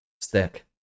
stick